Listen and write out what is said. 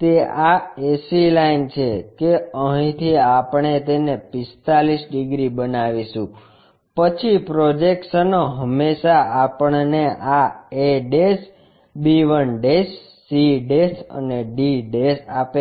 તે આ ac line છે કે અહીંથી આપણે તેને 45 ડિગ્રી બનાવીશું પછી પ્રોજેક્શનો હંમેશા આપણને આ a b 1 c અને d આપે છે